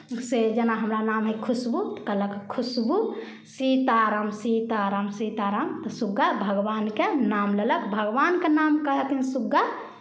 से जेना हमरा नाम हइ खुशबू कहलक खुशबू सीताराम सीताराम सीताराम तऽ सुग्गा भगवानके नाम लेलक भगवानके नाम कहै छथिन सुग्गा